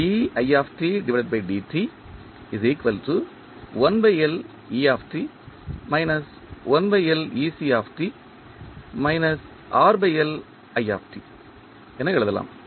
என எழுதலாம்